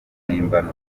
mpimbano